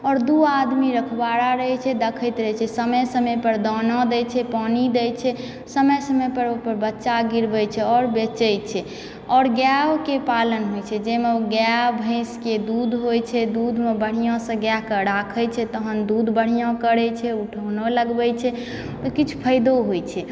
आओर दू आदमी रखवाड़ा रहैत छै दखैत रहै छै समय समय पर दाना दैत छै पानी दैत छै समय समय पर ओहिपर बच्चा गिरबै छै आओर बेचय छै आओर गैओके पालन होयत छै जाहिमे गाय भैंस के दूध होइ छै दूधमे बढ़ियासँ गैके राखैत छै तहन दूध बढ़िआँ करैत छै उठओनो लगबैत छै किछु फायदो होइत छै